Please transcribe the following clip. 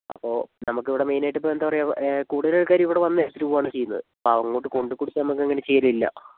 അപ്പോൾ നമുക്കിവിടെ മെയ്നായിട്ട് ഇപ്പോൾ എന്താ പറയാ കൂടുതലാൾക്കാരും ഇവിടെവന്ന് എടുത്തിട്ട് പോവാണ് ചെയ്യുന്നത് അപ്പോൾ അങ്ങോട്ട് കൊണ്ട് കൊടുത്ത് നമുക്ക് അങ്ങനെ ചെയ്യലില്ല